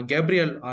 Gabriel